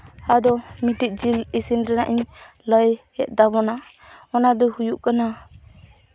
ᱟᱫᱚ ᱢᱤᱫᱴᱮᱱ ᱡᱤᱞ ᱤᱥᱤᱱ ᱨᱮᱱᱟᱜ ᱤᱧ ᱞᱟᱹᱭᱮᱫ ᱛᱟᱵᱚᱱᱟ ᱚᱱᱟᱫᱚ ᱦᱩᱭᱩᱜ ᱠᱟᱱᱟ